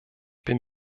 bin